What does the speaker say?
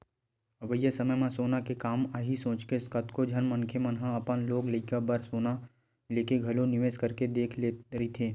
अवइया समे म सोना के काम आही सोचके कतको झन मनखे मन ह अपन लोग लइका बर सोना लेके घलो निवेस करके रख दे रहिथे